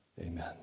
Amen